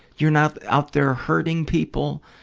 you're not out there hurting people.